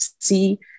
see